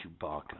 Chewbacca